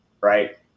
Right